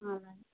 అలాగే